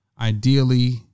ideally